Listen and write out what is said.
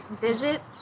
Visit